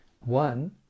One